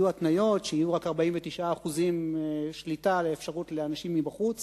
יהיו התניות שיהיו רק 49% שליטה לאפשרות לאנשים מבחוץ